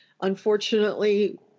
Unfortunately